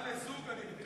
ארבעה לזוג, אני מתכוון.